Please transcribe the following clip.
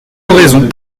oraison